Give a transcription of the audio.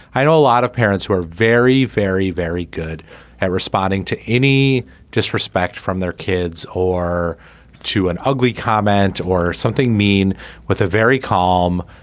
i know a lot of parents who are very very very good at responding to any disrespect from their kids or to an ugly comment or something mean with a very calm.